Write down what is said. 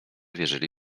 wierzyli